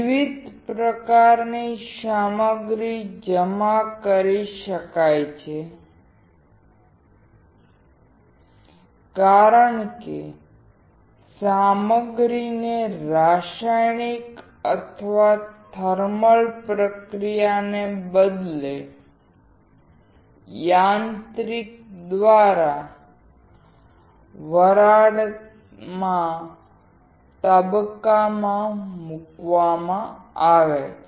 વિવિધ પ્રકારની સામગ્રી જમા કરી શકાય છે કારણ કે સામગ્રીને રાસાયણિક અથવા થર્મલ પ્રક્રિયાને બદલે યાંત્રિક દ્વારા વરાળ ને તબક્કામાં મૂકવામાં આવે છે